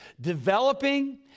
developing